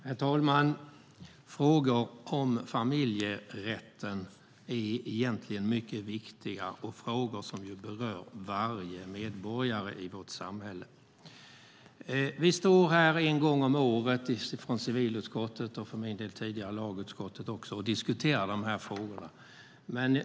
Herr talman! Frågor om familjerätten är mycket viktiga och något som berör varje medborgare i vårt samhälle. Vi står här en gång om året från civilutskottet - för min del tidigare även från lagutskottet - och diskuterar dessa frågor.